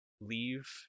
leave